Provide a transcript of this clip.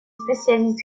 spécialiste